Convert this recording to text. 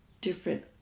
different